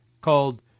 called